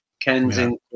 Kensington